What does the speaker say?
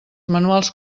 manuals